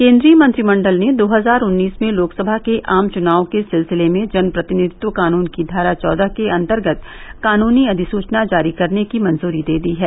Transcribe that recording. केन्द्रीय मंत्रिमंडल ने दो हजार उन्नीस में लोकसभा के आम चुनाव के सिलसिले में जन प्रतिनिधित्व कानून की धारा चौदह के अंतर्गत कानूनी अधिसूचना जारी करने की मंजूरी दे दी है